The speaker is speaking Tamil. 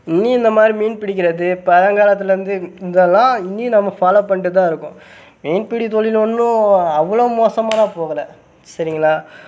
இனி இந்த மாதிரி மீன் பிடிக்கிறது பழங்காலத்துலேருந்து இந்தெல்லாம் இனி நம்ம ஃபாலோ பண்ணிகிட்டுதான் இருக்கோம் மீன்பிடித் தொழில் ஒன்றும் அவ்வளோ மோசமாயெல்லாம் போகலை சரிங்களா